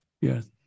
Yes